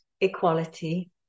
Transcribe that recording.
equality